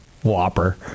Whopper